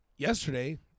Yesterday